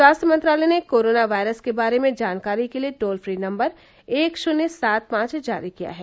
स्वास्थ्य मंत्रालय ने कोरोना वायरस के बारे में जानकारी के लिए टोल फ्री नम्बर एक श्न्य सात पांव जारी किया है